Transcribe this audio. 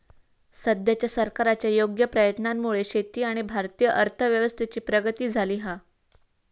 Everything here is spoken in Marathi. सद्याच्या सरकारच्या योग्य प्रयत्नांमुळे शेती आणि भारतीय अर्थव्यवस्थेची प्रगती झाली हा